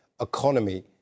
economy